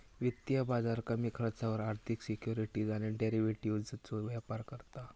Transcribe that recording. वित्तीय बाजार कमी खर्चावर आर्थिक सिक्युरिटीज आणि डेरिव्हेटिवजचो व्यापार करता